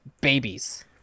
babies